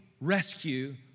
rescue